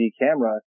camera